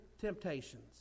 temptations